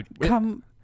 Come